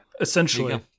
essentially